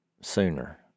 sooner